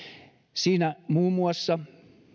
siinä muun muassa